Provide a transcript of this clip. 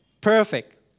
Perfect